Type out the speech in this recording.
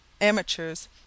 amateurs